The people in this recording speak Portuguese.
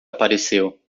apareceu